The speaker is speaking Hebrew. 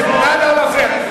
חברי הכנסת, נא לא להפריע.